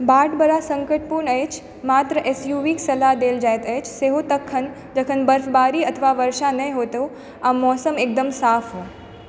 बाट बड़ा सङ्कटपूर्ण अछि मात्र एस यू वी क सलाह देल जाइत अछि सेहो तखन जखन बर्फबारी अथवा वर्षा नहि होइत हो आ मौसम एकदम साफ हो